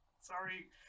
Sorry